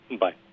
Bye